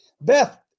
Beth